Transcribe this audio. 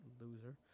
Loser